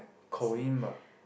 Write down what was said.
ah